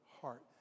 heart